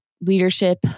leadership